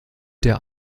der